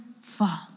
fall